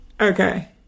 Okay